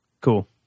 Cool